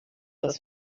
das